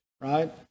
right